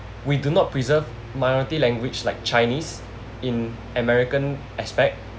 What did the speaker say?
we do not preserve minority language like chinese in american aspect